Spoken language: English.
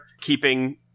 keeping